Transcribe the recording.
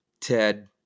Ted